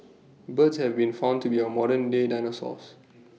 birds have been found to be our modern day dinosaurs